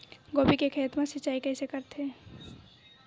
गोभी के खेत मा सिंचाई कइसे रहिथे?